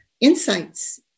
insights